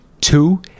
Two